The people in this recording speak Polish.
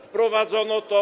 Wprowadzono to?